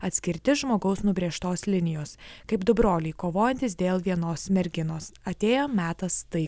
atskirti žmogaus nubrėžtos linijos kaip du broliai kovojantys dėl vienos merginos atėjo metas tai